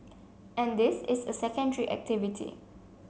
and this is a secondary activity